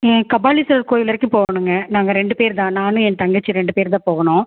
கபாலீஸ்வரர் கோவில் வரைக்கும் போகணுங்க நாங்கள் ரெண்டு பேரு தான் நான் ஏன் தங்கச்சி ரெண்டு பேரு தான் போகணும்